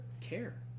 care